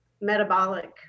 metabolic